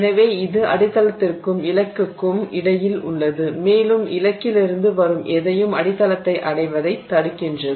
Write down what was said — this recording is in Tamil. எனவே இது அடித்தளத்திற்கும் இலக்குக்கும் இடையில் உள்ளது மேலும் இலக்கிலிருந்து வரும் எதையும் அடித்தளத்தை அடைவதைத் தடுக்கின்றது